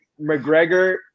McGregor